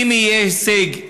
אם יהיה הישג,